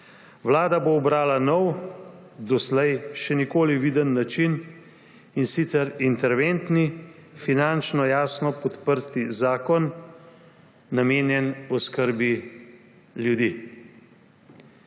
Vlada bo ubrala nov, doslej še nikoli viden način, in sicer interventni, finančno jasno podprt zakon, namenjen oskrbi ljudi.